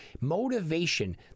motivation